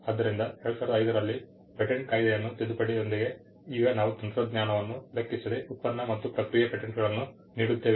ಆದ್ದರಿಂದ 2005 ರಲ್ಲಿ ಪೇಟೆಂಟ್ ಕಾಯ್ದೆಯನ್ನು ತಿದ್ದುಪಡಿಯೊಂದಿಗೆ ಈಗ ನಾವು ತಂತ್ರಜ್ಞಾನವನ್ನು ಲೆಕ್ಕಿಸದೆ ಉತ್ಪನ್ನ ಮತ್ತು ಪ್ರಕ್ರಿಯೆ ಪೇಟೆಂಟ್ಗಳನ್ನು ನೀಡುತ್ತೇವೆ